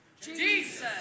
Jesus